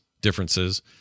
differences